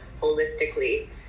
holistically